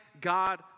God